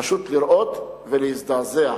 פשוט לראות ולהזדעזע,